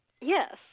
Yes